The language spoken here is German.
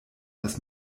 dass